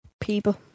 people